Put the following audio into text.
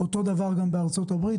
אותו דבר גם בארצות הברית.